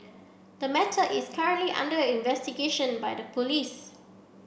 the matter is currently under investigation by the police